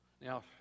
Now